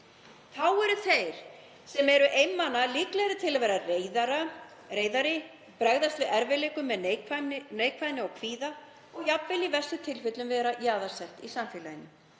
Þá eru þeir sem eru einmana líklegri til að vera reiðari, bregðast við erfiðleikum með neikvæðni og kvíða og jafnvel í verstu tilfellum að vera jaðarsettir í samfélaginu.